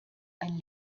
ein